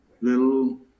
little